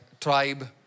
tribe